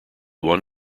won